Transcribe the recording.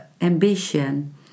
ambition